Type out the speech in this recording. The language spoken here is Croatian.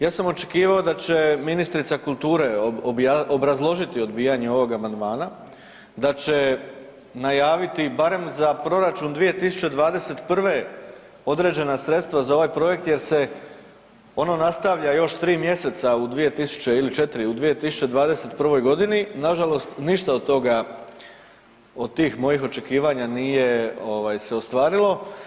Ja sam očekivao da će ministrica kulture obrazložiti odbijanje ovog amandmana, da će najaviti barem za proračun 2021. određena sredstva za ovaj projekt jer se ono nastavlja još 3 mjeseca u 2 tisuće, ili 4, u 2021. g. Nažalost ništa od toga, od tih mojih očekivanja nije se ostvarilo.